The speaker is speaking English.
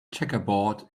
checkerboard